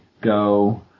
go